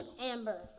amber